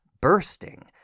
bursting